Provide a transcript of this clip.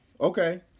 Okay